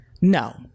No